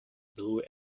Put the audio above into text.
blue